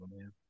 man